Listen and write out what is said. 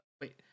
Wait